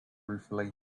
ruefully